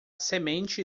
semente